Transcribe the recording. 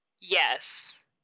yes